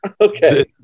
Okay